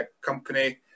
company